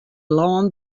lân